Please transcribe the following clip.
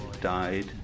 died